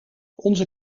onze